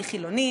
אני חילונית.